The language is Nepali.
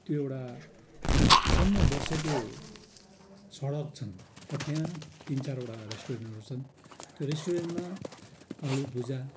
त्यो एउटा सम्म बसेको सडक छन् र त्यहाँ तिन चारवटा रेस्टुरेन्टहरू छन् त्यो रेस्टुरेन्टमा आलुभुजा